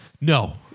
No